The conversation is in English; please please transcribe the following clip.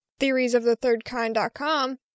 theoriesofthethirdkind.com